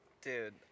Dude